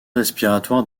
respiratoire